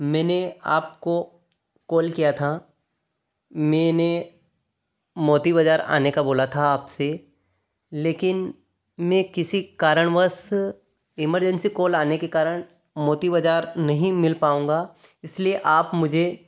मैंने आपको कॉल किया था मैंने मोती बाजार आने का बोला था आपसे लेकिन मैं किसी कारणवश इमरजेंसी कॉल आने के कारण मोती बाजार नहीं मिल पाऊंगा इसलिए आप मुझे